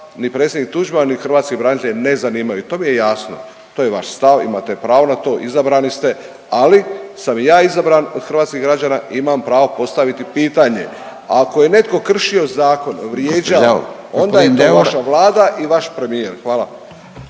ni predsjednik Tuđman, ni hrvatski branitelji ne zanimaju to mi je jasno. To je vaš stav. Imate pravo na to. Izabrani ste. Ali sam ja izabran od hrvatskih građana i imam pravo postaviti pitanje. Ako je netko kršio zakon, vrijeđao onda je to vaša Vlada i vaš premijer. Hvala.